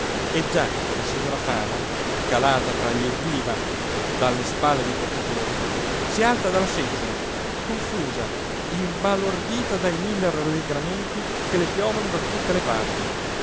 e già la signora fana calata tra gli evviva dalle spalle dei portatori si alza dalla seggiola confusa imbalordita dai mille rallegramenti che le piovono da tutte le parti